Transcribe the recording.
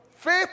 Faith